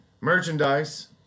merchandise